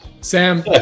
sam